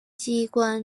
机关